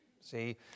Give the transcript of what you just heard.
See